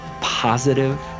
positive